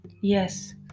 yes